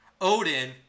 Odin